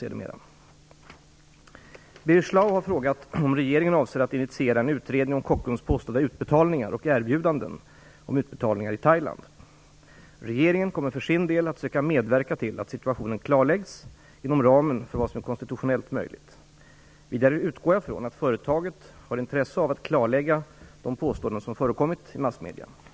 Birger Schlaug har frågat om regeringen avser att initiera en utredning om Kockums påstådda utbetalningar och erbjudanden om utbetalningar i Thailand. Regeringen kommer för sin del att söka medverka till att situationen klarläggs, inom ramen för vad som är konstitutionellt möjligt. Vidare utgår jag ifrån att företaget har intresse av att klarlägga de påståenden som förekommit i massmedierna.